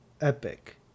epic